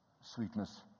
sweetness